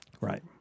Right